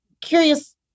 curious